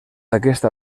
aquesta